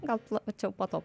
gal plačiau po to